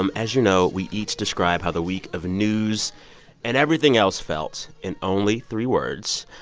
um as you know, we each describe how the week of news and everything else felt in only three words.